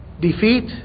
defeat